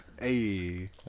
Hey